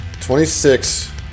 Twenty-six